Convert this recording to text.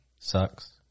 sucks